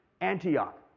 Antioch